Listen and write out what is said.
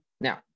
Now